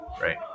right